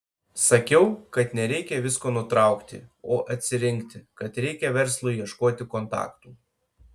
sakiau kad nereikia visko nutraukti o atsirinkti kad reikia verslui ieškoti kontaktų